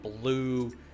blue